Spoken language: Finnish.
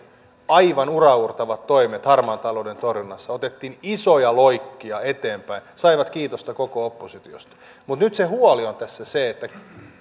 aivan uraauurtavat toimet harmaan talouden torjunnassa otettiin isoja loikkia eteenpäin ne saivat kiitosta koko oppositiosta mutta nyt se huoli on tässä se että